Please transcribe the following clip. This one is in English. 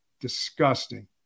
disgusting